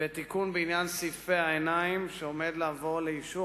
ותיקון בעניין סעיפי העיניים שעומד לעבור לאישור